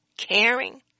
Caring